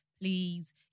please